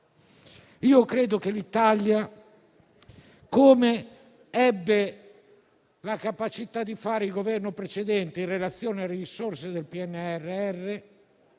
Io credo che l'Italia, come ebbe la capacità di fare il Governo precedente in relazione alle risorse del PNRR,